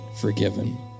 forgiven